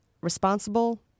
Responsible